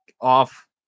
off